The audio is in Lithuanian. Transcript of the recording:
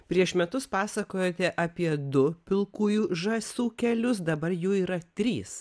prieš metus pasakojote apie du pilkųjų žąsų kelius dabar jų yra trys